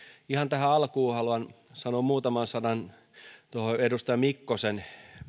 ihan tähän alkuun haluan sanoa muutaman sanan tuohon edustaja mikkosen